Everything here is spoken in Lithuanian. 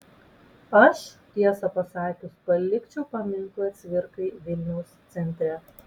aš tiesą pasakius palikčiau paminklą cvirkai vilniaus centre